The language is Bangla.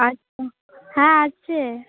আচ্ছা হ্যাঁ আছে